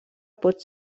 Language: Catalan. pot